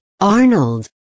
Arnold